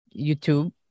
YouTube